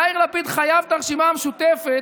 יאיר לפיד חייב את הרשימה המשותפת,